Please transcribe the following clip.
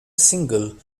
single